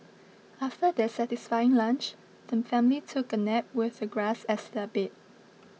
after their satisfying lunch the family took a nap with the grass as their bed